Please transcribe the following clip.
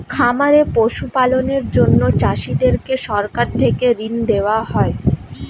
খামারে পশু পালনের জন্য চাষীদেরকে সরকার থেকে ঋণ দেওয়া হয়